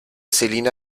selina